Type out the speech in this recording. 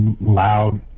loud